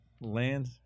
land